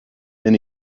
then